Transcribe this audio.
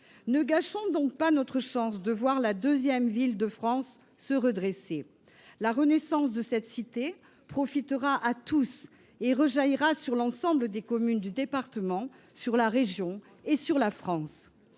Ne gâchons donc pas notre chance de voir la deuxième ville de France se redresser. La renaissance de cette cité profitera à tous et rejaillira sur l’ensemble des communes du département, sur la région et sur la France.